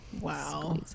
wow